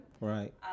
right